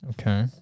Okay